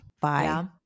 bye